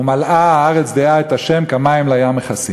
"ומלאה הארץ דעה את ה' כמים לים מכסים".